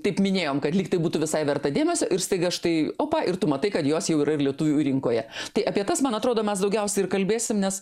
taip minėjom kad lyg tai būtų visai verta dėmesio ir staiga štai opa ir tu matai kad jos jau yra ir lietuvių rinkoje tai apie tas man atrodo mes daugiausia ir kalbėsim nes